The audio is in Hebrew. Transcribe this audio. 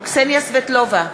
קסניה סבטלובה,